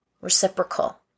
reciprocal